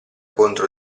contro